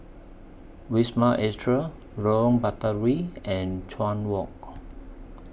Wisma Atria Lorong Batawi and Chuan Walk